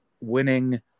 winning